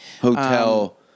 Hotel